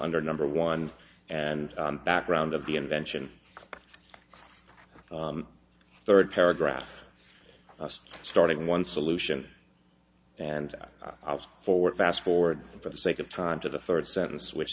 under number one and background of the invention third paragraph starting one solution and i will forward fast forward for the sake of time to the third sentence which